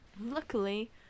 Luckily